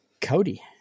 Cody